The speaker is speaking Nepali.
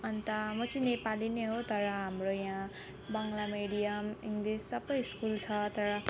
अन्त म चाहिँ नेपाली नै हो तर हाम्रो यहाँ बङ्ला मिडियम इङ्लिस सबै स्कुल छ तर